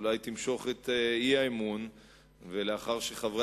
אולי תמשוך את האי-אמון ולאחר שחברי